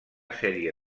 sèrie